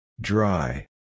Dry